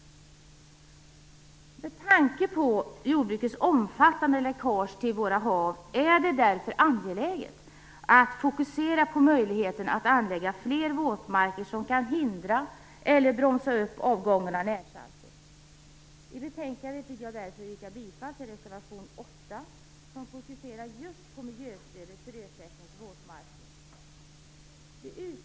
Med tanke på jordbrukets omfattande läckage till våra hav är det därför angeläget att fokusera på möjligheten att anlägga fler våtmarker som kan hindra eller bromsa upp avgången av närsalter. Jag vill därför yrka bifall till reservation 8, som fokuserar just på miljöstödet för ersättning till våtmarker.